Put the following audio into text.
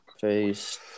face